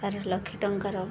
ତା'ର ଲକ୍ଷେ ଟଙ୍କାର